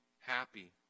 happy